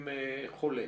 עם חולה.